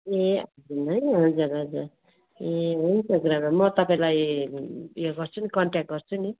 ए है हजुर हजुर ए हुन्छ गुरुमा म तपाईँलाई उयो गर्छु नि कन्ट्याक्ट गर्छु नि